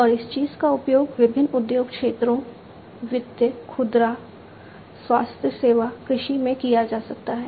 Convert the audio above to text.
और इस चीज का उपयोग विभिन्न उद्योग क्षेत्रों वित्त खुदरा स्वास्थ्य सेवा कृषि में किया जा सकता है